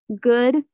good